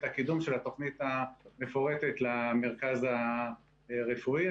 הקידום של התוכנית המפורטת למרכז הרפואי.